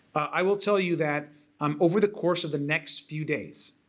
i will tell you that um over the course of the next few days,